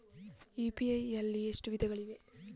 UPI ನಲ್ಲಿ ಎಷ್ಟು ವಿಧಗಳಿವೆ?